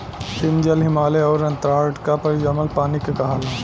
हिमजल, हिमालय आउर अन्टार्टिका पर जमल पानी के कहाला